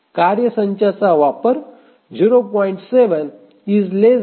कार्य संचाचा वापर 0